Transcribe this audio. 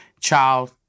child